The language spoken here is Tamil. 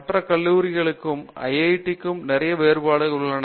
மற்ற கல்லுரிகளுக்கும் IIT க்கும் நிறைய வேறுபாடு உள்ளன